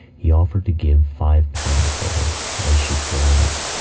he offered to give five pounds for her as she stands.